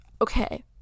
okay